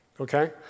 Okay